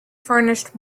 furnished